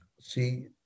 see